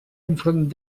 enfront